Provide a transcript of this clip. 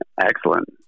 Excellent